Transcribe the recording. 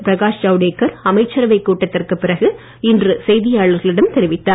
பிரகாஷ் ஜவ்டேக்கர் அமைச்சரவை கூட்டத்திற்கு பிறகு இன்று செய்தியாளர்களிடம் தெரிவித்தார்